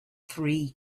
three